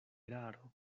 eraro